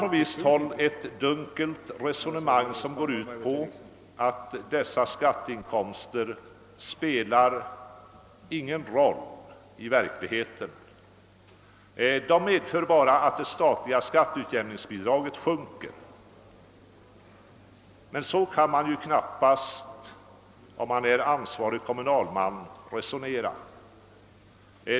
På visst håll förs ett dunkelt resonemang, som går ut på att dessa skatteinkomster inte spelar någon roll i verkligheten; de medför endast att det statliga skatteutjämningsbidraget sjunker. Men så kan inte den resonera som känner ansvar som kommunalman.